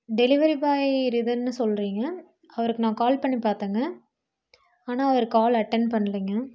delivery boy ரிதன்னு சொல்றீங்க அவருக்கு நான் கால் பண்ணிப் பார்த்தேங்க ஆனால் அவர் கால் அட்டன் பண்ணலைங்க